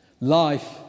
Life